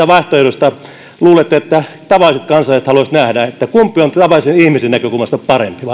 vaihtoehdoista luulette tavallisten kansalaisten haluavan nähdä tässä tilanteessa kumpi on tavallisen ihmisen näkökulmasta parempi